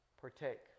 partake